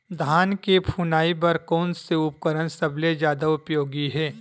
धान के फुनाई बर कोन से उपकरण सबले जादा उपयोगी हे?